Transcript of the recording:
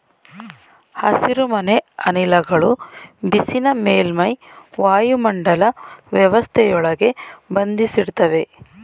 ಹಸಿರುಮನೆ ಅನಿಲಗಳು ಬಿಸಿನ ಮೇಲ್ಮೈ ವಾಯುಮಂಡಲ ವ್ಯವಸ್ಥೆಯೊಳಗೆ ಬಂಧಿಸಿಡ್ತವೆ